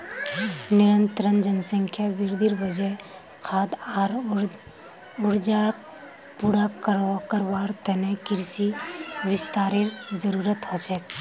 निरंतर जनसंख्या वृद्धिर वजह खाद्य आर ऊर्जाक पूरा करवार त न कृषि विस्तारेर जरूरत ह छेक